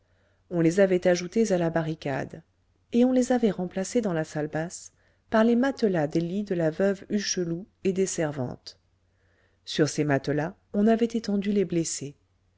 on les avait ajoutées à la barricade et on les avait remplacées dans la salle basse par les matelas des lits de la veuve hucheloup et des servantes sur ces matelas on avait étendu les blessés